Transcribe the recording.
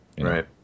right